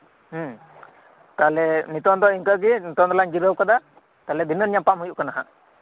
ᱦᱮᱸ ᱛᱟᱦᱚᱞᱮ ᱱᱤᱛᱚᱝ ᱫᱚ ᱤᱱᱠᱟᱜᱤ ᱱᱤᱛᱚᱝ ᱫᱚᱞᱟᱝ ᱡᱤᱨᱟᱹᱣ ᱠᱟᱫᱟ ᱛᱟᱦᱚᱞᱮ ᱫᱷᱤᱱᱟᱹᱱ ᱧᱟᱯᱟᱢ ᱦᱩᱭᱩᱜ ᱠᱟᱱᱟ ᱦᱟᱜ